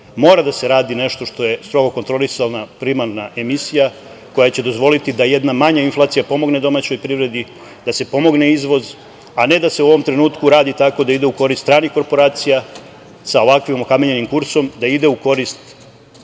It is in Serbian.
mora da se radi nešto što je strogo kontrolisana primarna emisija koja će dozvoliti da jedna manja inflacija pomogne domaćoj privredi, da se pomogne izvoz, a ne da se u ovom trenutku radi tako da ide u korist stranih korporacija sa ovakvim okamenjenim kursom da ide u korist